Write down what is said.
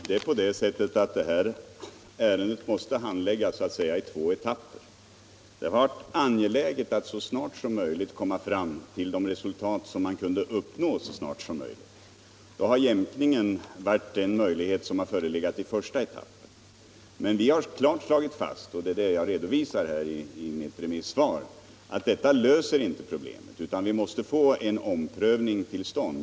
Herr talman! Det här ärendet måste handläggas i två etapper. Det har varit angeläget att så snart som möjligt komma fram till det resultat som kan uppnås på den första etappen. Då har jämkningen varit en möjlighet som förelegat, men vi har klart slagit fast — och det redovisar jag I svaret — att detta löser inte problemen, utan vi måste få en omprövning till stånd.